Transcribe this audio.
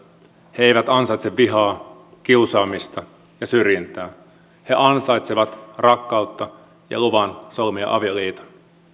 he eivät ansaitse vihaa kiusaamista ja syrjintää he ansaitsevat rakkautta ja luvan solmia avioliiton